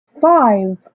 five